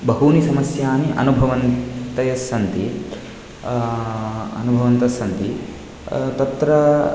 बहूनि समस्यानि अनुभवन्तस्सन्ति अनुभवन्तः सन्ति तत्र